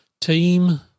team –